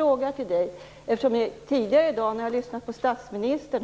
Jag lyssnade på statsministern tidigare i dag,